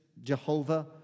Jehovah